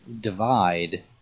divide